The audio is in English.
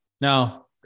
now